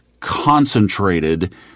concentrated